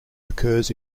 occurs